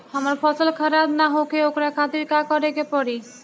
हमर फसल खराब न होखे ओकरा खातिर का करे के परी?